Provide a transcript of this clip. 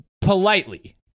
politely